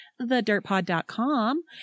thedirtpod.com